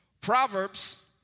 Proverbs